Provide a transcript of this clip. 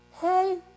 hey